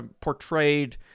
portrayed